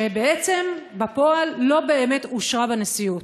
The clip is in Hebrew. שבעצם בפועל לא באמת אושרה בנשיאות.